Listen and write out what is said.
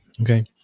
okay